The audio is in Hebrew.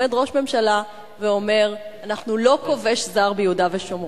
עומד ראש ממשלה ואומר: אנחנו לא כובש זר ביהודה ושומרון.